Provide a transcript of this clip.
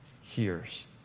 hears